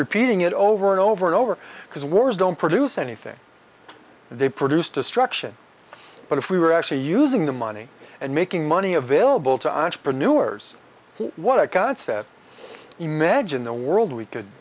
repeating it over and over and over because wars don't produce anything they produce destruction but if we were actually using the money and making money available to entrepreneurs what a concept imagine the world we could